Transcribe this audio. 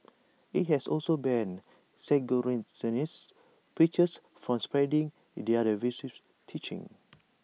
IT has also banned preachers from spreading their teachings